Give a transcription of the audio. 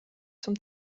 zum